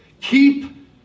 keep